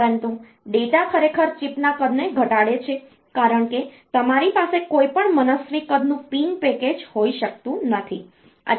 પરંતુ ડેટા ખરેખર ચિપના કદને ઘટાડે છે કારણ કે તમારી પાસે કોઈપણ મનસ્વી કદનું પિન પેકેજ હોઈ શકતું નથી